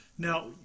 Now